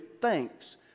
thanks